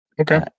Okay